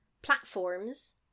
platforms